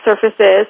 surfaces